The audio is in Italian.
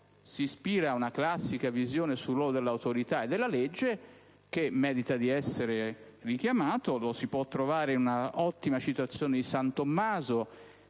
si ispira a una classica visione sul ruolo dell'autorità e della legge che merita di essere richiamata. La si può trovare in una ottima citazione di San Tommaso,